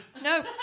No